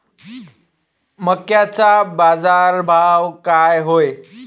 मक्याचा बाजारभाव काय हाय?